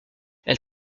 elle